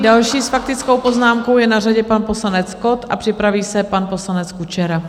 Další s faktickou poznámkou je na řadě pan poslanec Kott a připraví se pan poslanec Kučera.